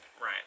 Right